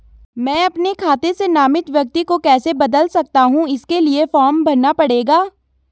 मैं अपने खाते से नामित व्यक्ति को कैसे बदल सकता हूँ इसके लिए फॉर्म भरना पड़ेगा?